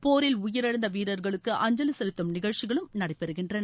போரில் உயிரிழந்த வீரர்களுக்கு அஞ்சலி செலுத்தும் நிகழ்ச்சிகளும் நடைபெறுகின்றன